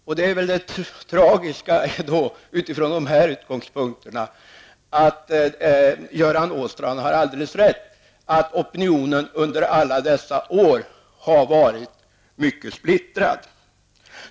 Utifrån dessa utgångspunkter är det tragiska att Göran Åstrand har alldeles rätt. Opinionen har under alla dessa år varit mycket splittrad.